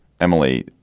Emily